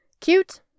Cute